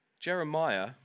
Jeremiah